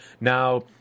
now